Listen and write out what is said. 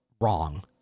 wrong